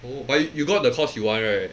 oh but you got the course you want right